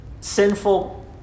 sinful